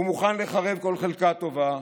הוא מוכן לחרב כל חלקה טובה,